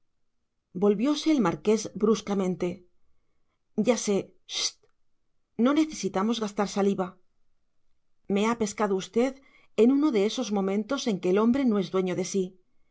advertirle volvióse el marqués bruscamente ya sé chist no necesitamos gastar saliva me ha pescado usted en uno de esos momentos en que el hombre no es dueño de sí